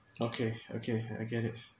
okay okay okay I get it